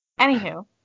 Anywho